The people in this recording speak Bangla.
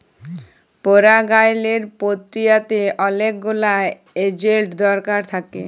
পরাগায়লের পক্রিয়াতে অলেক গুলা এজেল্ট দরকার থ্যাকে